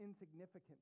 insignificant